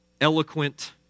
eloquent